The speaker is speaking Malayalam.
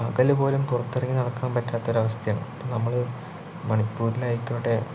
പകലുപോലും പുറത്തിറങ്ങി നടക്കാൻ പറ്റാത്തൊരവസ്ഥയാണ് ഇപ്പോൾ നമ്മള് മണിപ്പൂരിലായിക്കോട്ടെ